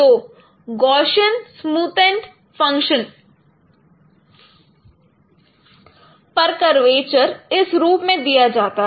तो Gaussian smooth and function पर curvature इस रूप में दिया जाता है